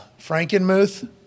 Frankenmuth